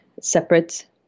separate